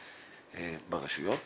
ברשויות.